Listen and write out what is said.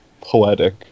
poetic